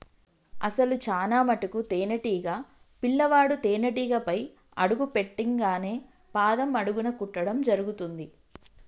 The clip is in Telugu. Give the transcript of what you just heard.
అసలు చానా మటుకు తేనీటీగ పిల్లవాడు తేనేటీగపై అడుగు పెట్టింగానే పాదం అడుగున కుట్టడం జరుగుతుంది